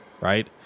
Right